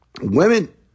women